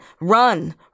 run